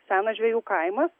senas žvejų kaimas